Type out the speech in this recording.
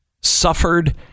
suffered